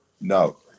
No